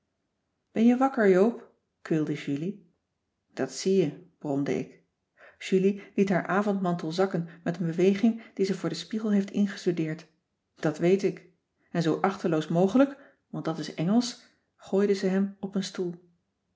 ben je wakker joop kweelde julie dat zie je bromde ik julie liet haar avondmantel zakken met een beweging die ze voor den spiegel heeft ingestudeerd dat weet ik en zoo achteloos mogelijk want dat is engelsch gooide ze hem op een stoel